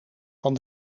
van